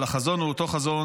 אבל החזון הוא אותו חזון.